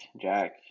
Jack